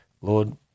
Lord